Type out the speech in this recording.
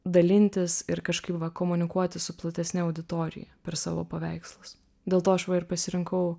dalintis ir kažkaip komunikuoti su platesne auditorija per savo paveikslus dėl to aš va ir pasirinkau